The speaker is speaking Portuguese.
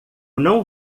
não